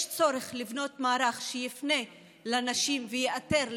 יש צורך לבנות מערך שיפנה לנשים ויאתר,